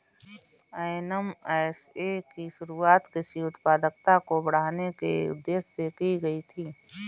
NMSA की शुरुआत कृषि उत्पादकता को बढ़ाने के उदेश्य से की गई थी